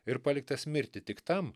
ir paliktas mirti tik tam